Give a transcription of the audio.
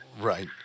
Right